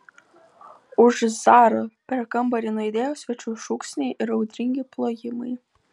už zarą per kambarį nuaidėjo svečių šūksniai ir audringi plojimai